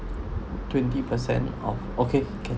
twenty percent of okay can